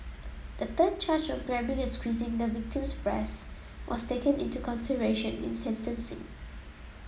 a third charge of grabbing and squeezing the victim's breasts was taken into consideration in sentencing